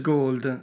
Gold